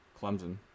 Clemson